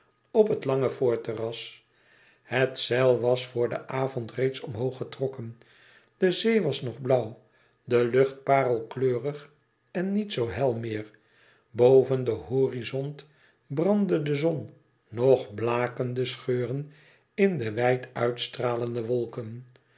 op het lange voorterras het zeil was voor den avond reeds omhoog getrokken de zee was nog blauw de lucht parelkleurig en niet zoo hel meer boven den horizont brandde de zon nog blakende scheuren in de wijd uitstralende wolken